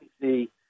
see